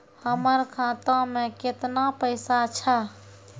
हमर खाता मैं केतना पैसा छह?